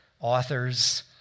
authors